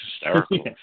hysterical